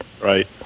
right